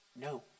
no